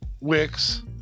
Wix